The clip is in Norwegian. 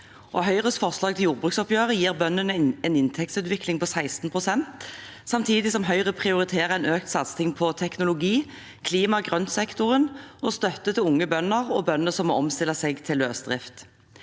Høyres forslag til jordbruksoppgjør gir bøndene en inntektsutvikling på 16 pst., samtidig som Høyre prioriterer en økt satsing på teknologi, klima, grønn sektor og støtte til unge bønder og bønder som må omstille seg til løsdrift.